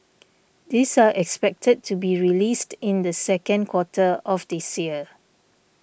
these are expected to be released in the second quarter of this year